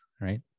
right